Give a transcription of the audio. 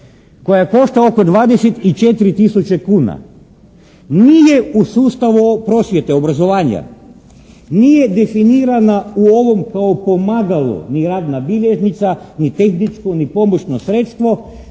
koja košta oko 24 tisuće kuna, nije u sustavu prosvjete, obrazovanja. Nije definirana u ovom kao pomagalo ni radna bilježnica ni tehničko ni pomoćno sredstvo